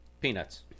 Peanuts